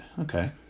Okay